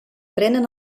prenen